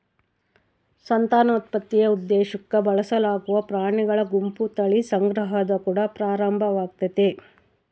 ಸಂತಾನೋತ್ಪತ್ತಿಯ ಉದ್ದೇಶುಕ್ಕ ಬಳಸಲಾಗುವ ಪ್ರಾಣಿಗಳ ಗುಂಪು ತಳಿ ಸಂಗ್ರಹದ ಕುಡ ಪ್ರಾರಂಭವಾಗ್ತತೆ